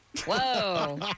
Whoa